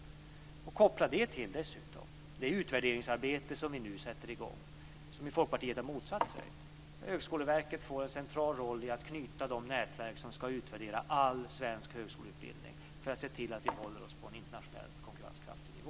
Man ska dessutom koppla det till det utvärderingsarbete som vi nu sätter i gång, och som Folkpartiet har motsatt sig, där Högskoleverket får en central roll i att knyta samman de nätverk som ska utvärdera all svensk högskoleutbildning för att se till att vi håller oss på en internationellt konkurrenskraftig nivå.